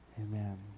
Amen